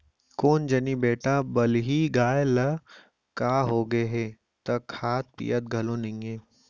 कोन जनी बेटा बलही गाय ल का होगे हे त खात पियत घलौ नइये